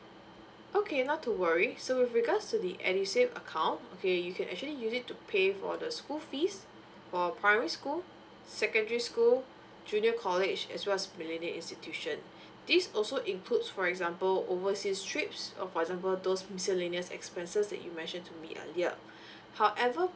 okay not to worry so with regards to the edusave account okay you can actually use it to pay for the school fees for primary school secondary school junior college as well as millennia institution this also includes for example overseas trips uh for example those miscellaneous expenses that you mentioned to me earlier however